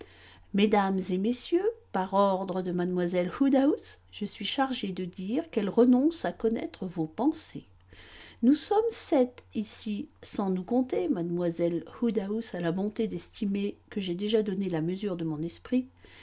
mesdames et messieurs par ordre de mlle woodhouse je suis chargé de dire qu'elle renonce à connaître vos pensées nous sommes sept ici sans nous compter mlle woodhouse a la bonté d'estimer que j'ai déjà donné la mesure de mon esprit